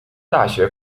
大学